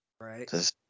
Right